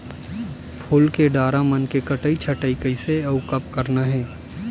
फूल के डारा मन के कटई छटई कइसे अउ कब करना हे?